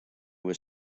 were